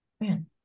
Man